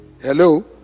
Hello